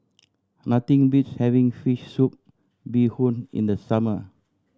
nothing beats having fish soup bee hoon in the summer